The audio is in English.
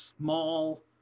small